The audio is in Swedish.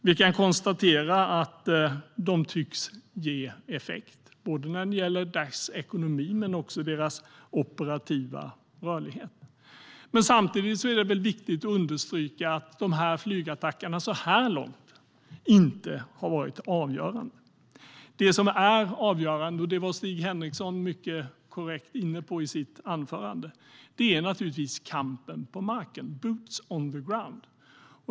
Vi kan konstatera att de tycks ge effekt, både när det gäller Daishs ekonomi och när det gäller deras operativa rörlighet. Men samtidigt är det viktigt att understryka att dessa flygattacker så här långt inte har varit avgörande. Det som är avgörande, vilket Stig Henriksson mycket korrekt var inne på i sitt anförande, är naturligtvis kampen på marken - boots on the ground.